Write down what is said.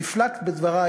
תראי מה קורה, בסוריה,